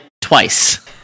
twice